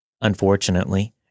Unfortunately